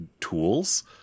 tools